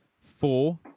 four